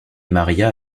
maria